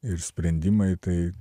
ir sprendimai tai